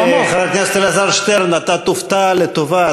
חבר הכנסת אלעזר שטרן, אתה תופתע לטובה.